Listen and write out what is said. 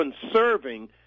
conserving